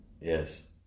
Yes